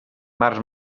març